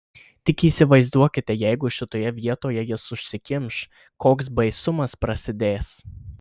tik įsivaizduokite jeigu šitoje vietoje jis užsikimš koks baisumas prasidės